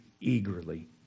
eagerly